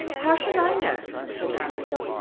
how should i know? said alex.